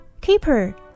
Keeper